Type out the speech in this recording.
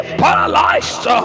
paralyzed